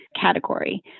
category